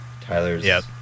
Tyler's